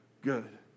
good